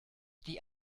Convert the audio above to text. die